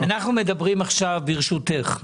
ברשותך,